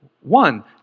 One